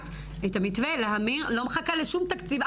את המתווה להמיר אני לא מחכה לשום תקציב,